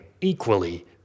equally